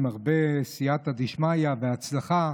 עם הרבה סייעתא דשמיא והצלחה.